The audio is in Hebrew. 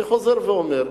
אני חוזר ואומר,